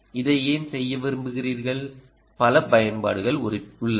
இதை ஏன் செய்ய விரும்புகிறீர்கள்பல பயன்பாடுகள் உள்ளன